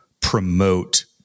promote